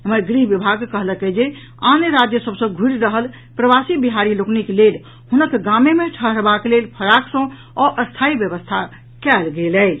एम्हर गृह विभाग कहलक अछि जे आन राज्य सभ सँ घुरि रहल प्रवासी बिहारी लोकनिक लेल हुनक गामे मे ठहरबाक लेल फराक सँ अस्थायी व्यवस्था कयल गेल अछि